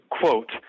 quote